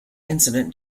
incident